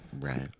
Right